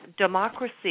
democracy